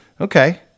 Okay